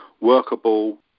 workable